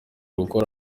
gukora